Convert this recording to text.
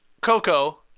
Coco